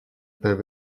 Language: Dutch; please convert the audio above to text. per